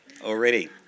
already